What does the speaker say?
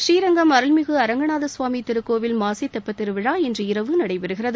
புநீரங்கம் அருள்மிகு அரங்கநாதசுவாமி திருக்கோயில் மாசி தெப்பத் திருவிழா இன்று இரவு நடைபெறுகிறது